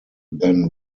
then